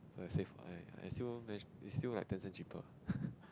safe I I still managed its still like ten cents cheaper